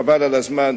חבל על הזמן.